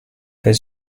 his